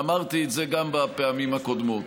ואמרתי את זה גם בפעמים הקודמות: